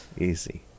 Easy